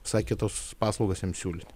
visai kitos paslaugas jiems siūlyt